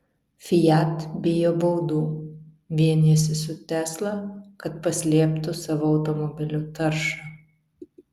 fiat bijo baudų vienijasi su tesla kad paslėptų savo automobilių taršą